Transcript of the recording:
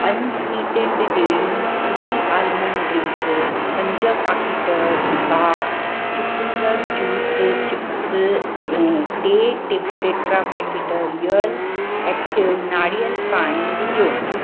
unsweetened dairy free almond drink पंज पाकीट दॿा चुकुंदर जूस चिप्स ऐं टे टेट्रा पैकेट रियल एक्टिव नारियल पाणी विझो